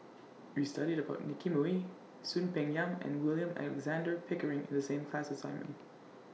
We studied about Nicky Moey Soon Peng Yam and William Alexander Pickering in The same class assignment